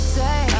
say